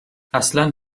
اصلن